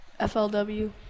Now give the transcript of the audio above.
FLW